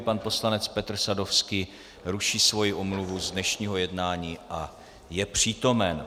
Pan poslanec Petr Sadovský ruší svoji omluvu z dnešního jednání a je přítomen.